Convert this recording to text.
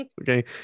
okay